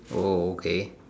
oh okay